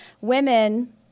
women